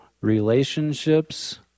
relationships